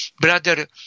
Brother